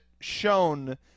shown